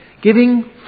giving